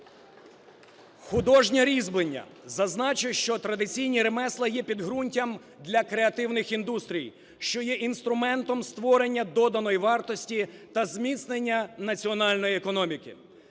Художнє різьблення. Зазначу, що традиційні ремесла є підґрунтям для креативних індустрій, що є інструментом створення доданої вартості та зміцнення національної економіки.